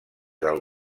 del